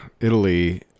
Italy